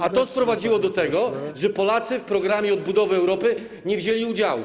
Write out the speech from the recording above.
A to doprowadziło do tego, że Polacy w Programie Odbudowy Europy nie wzięli udziału.